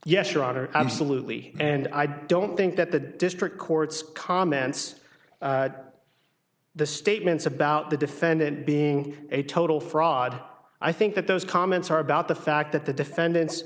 honor absolutely and i don't think that the district courts comments that the statements about the defendant being a total fraud i think that those comments are about the fact that the defendant